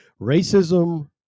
Racism